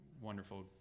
wonderful